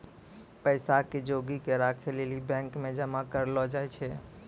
पैसा के जोगी क राखै लेली बैंक मे जमा करलो जाय छै